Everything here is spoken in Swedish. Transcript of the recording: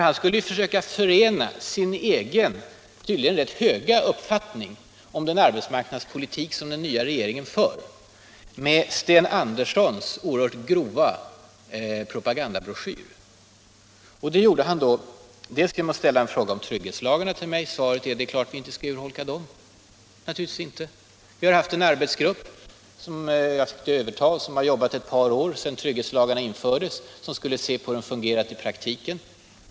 Han skulle försöka förena sin egen, tydligen rätt höga, uppfattning om den arbetsmarknadspolitik som den nya regeringen för, med Sten Anderssons oerhört grova propagandabroschyr. Det gjorde han först genom att ställa en fråga om trygghetslagarna till mig. Svaret är att vi naturligtvis inte skall urholka dem. Vi har haft en arbetsgrupp som jag fått överta som har jobbat ett par år sedan trygghetslagarna infördes och som skall se på hur de fungerat i praktiken.